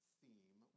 theme